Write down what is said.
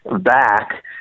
back